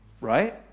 right